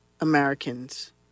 Americans